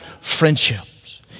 friendships